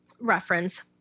reference